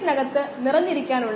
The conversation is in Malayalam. നമുക്ക് തത്ത്വങ്ങൾ ഓരോന്നായി കാണാം